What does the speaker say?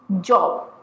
job